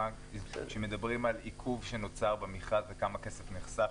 -- כשמדברים על עיכוב שנוצר במכרז וכמה כסף נחסך,